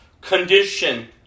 condition